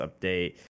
update